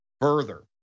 further